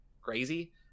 crazy